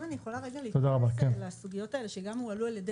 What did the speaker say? אם אני יכולה להתייחס לסוגיות האלה שגם הועלו על-ידי